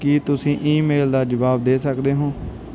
ਕੀ ਤੁਸੀਂ ਈਮੇਲ ਦਾ ਜਵਾਬ ਦੇ ਸਕਦੇ ਹੋ